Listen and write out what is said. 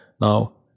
Now